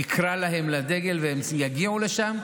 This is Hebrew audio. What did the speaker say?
יקראו להם לדגל והם יגיעו לשם,